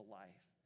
life